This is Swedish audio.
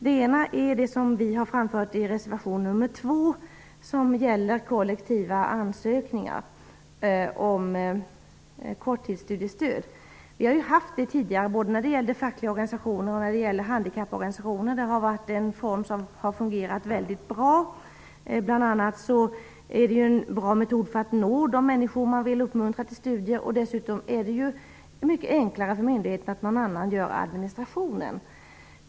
Den ena är det som vi har framfört i reservation nr 2, som gäller kollektiva ansökningar för korttidsstudiestöd. Vi har haft det tidigare, både när det gällt fackliga organisationer och handikapporganisationer. Det har varit en form som har fungerat mycket bra. Bl.a. är det en bra metod för att nå de människor man vill uppmuntra till studier. Dessutom är det mycket enklare för myndigheten att någon annan gör administrationsarbetet.